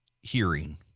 hearing